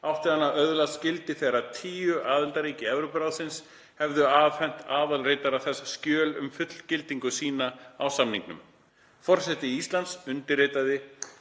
átti hann að öðlast gildi þegar tíu aðildarríki Evrópuráðsins hefðu afhent aðalritara þess skjöl um fullgildingu sína á samningnum. Forseti Íslands undirritaði